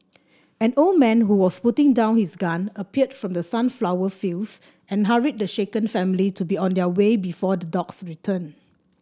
an old man who was putting down his gun appeared from the sunflower fields and hurried the shaken family to be on their way before the dogs return